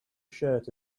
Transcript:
shirt